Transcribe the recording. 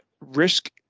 risk